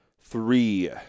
three